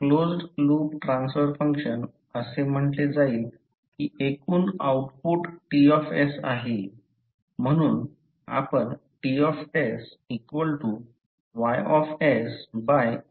closed loop transfer function असे म्हटले जाईल की एकूण आउटपुट T आहे म्हणून आपण T YU लिहू शकतो